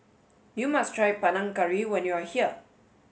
you must try Panang Curry when you are here